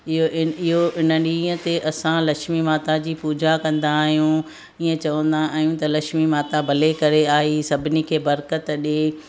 इहो इन इहो इन ॾींहं ते असां लक्ष्मी माता जी पूॼा कंदा आहियूं ईअं चवंदा आहियूं त लक्ष्मी माता भले करे आई सभिनी खे बरकतु ॾिए